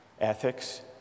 ethics